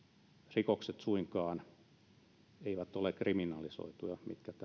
rikokset mitkä tähän maalittamiseen sisältyvät eivät suinkaan ole kriminalisoituja